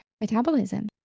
metabolism